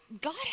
God